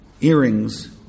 earrings